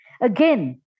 Again